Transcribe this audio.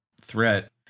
threat